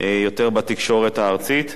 יותר בתקשורת הארצית.